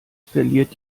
verliert